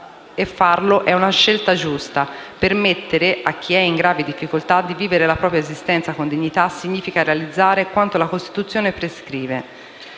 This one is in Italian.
e farlo è una scelta giusta; permettere a chi è in gravi difficoltà di vivere la propria esistenza con dignità significa realizzare quanto la Costituzione prescrive.